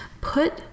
Put